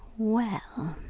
well,